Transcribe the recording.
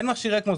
אין מכשיר אקמו.